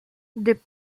des